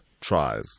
tries